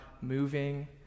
moving